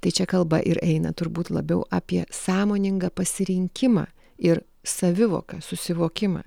tai čia kalba ir eina turbūt labiau apie sąmoningą pasirinkimą ir savivoką susivokimą